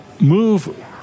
move